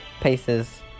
paces